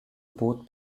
both